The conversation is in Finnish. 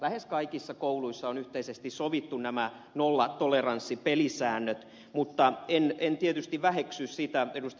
lähes kaikissa kouluissa on yhteisesti sovittu nämä nollatoleranssipelisäännöt mutta en tietysti väheksy sitä ed